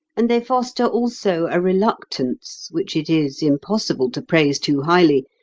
and they foster also a reluctance, which it is impossible to praise too highly,